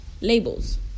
Labels